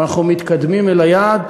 אבל אנחנו מתקדמים אל היעד.